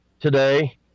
today